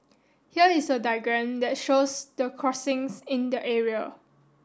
here is a diagram that shows the crossings in the area